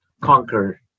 conquer